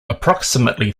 approximately